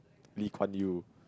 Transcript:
Lee Kuan Yew